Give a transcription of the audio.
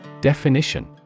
Definition